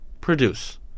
produce